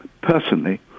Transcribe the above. personally